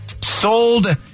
sold